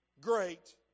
great